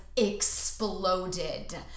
exploded